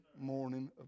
morning